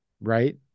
right